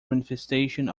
manifestation